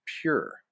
pure